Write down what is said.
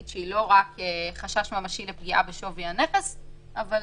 שהיא לא רק חשש ממשי לפגיעה בשווי הנכס אבל